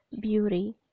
beauty